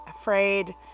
afraid